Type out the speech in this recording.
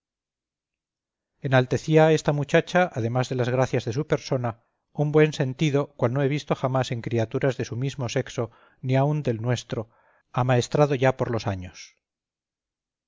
a esta muchacha además de las gracias de su persona un buen sentido cual no he visto jamás en criaturas de su mismo sexo ni aun del nuestro amaestrado ya por los años